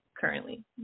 currently